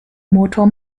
motor